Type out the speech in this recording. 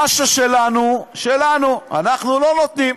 מה ששלנו, שלנו, אנחנו לא נותנים,